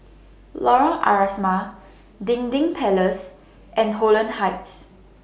Lorong Asrama Dinding Palace and Holland Heights